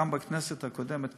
גם בכנסת הקודמת,